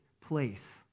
place